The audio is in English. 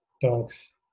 dogs